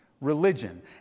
religion